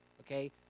okay